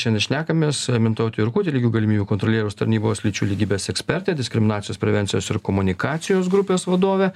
šiandien šnekamės mintautė jurkutė lygių galimybių kontrolieriaus tarnybos lyčių lygybės ekspertė diskriminacijos prevencijos ir komunikacijos grupės vadovė